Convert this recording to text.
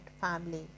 family